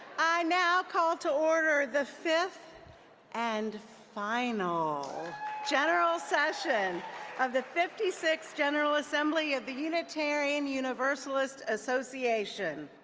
i now call to order the fifth and final general session of the fifty sixth general assembly of the unitarian universalist association.